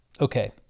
Okay